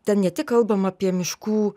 ten ne tik kalbama apie miškų